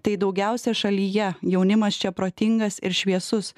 tai daugiausia šalyje jaunimas čia protingas ir šviesus